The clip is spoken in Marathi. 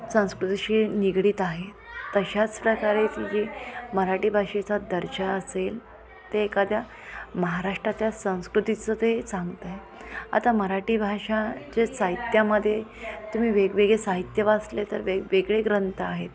संस्कृतीशी निगडित आहे तशाच प्रकारे ती जी मराठी भाषेचा दर्जा असेल ते एखाद्या महाराष्ट्राच्या संस्कृतीचं ते सांगत आहेत आता मराठी भाषा चे साहित्यामध्ये तुम्ही वेगवेगळे साहित्य वाचले तर वेगवेगळे ग्रंथ आहेत